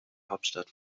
hauptstadt